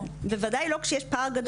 בוודאי שיש פער כזה גדול.